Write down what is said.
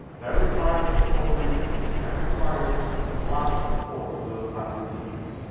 that requires a total re-thinking. that requires lots of supports for those classroom teachers.